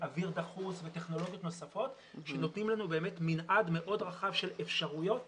אוויר דחוס וטכנולוגיות נוספות שנותנות לנו מנעד מאוד רחב של אפשרויות